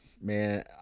man